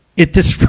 it disp,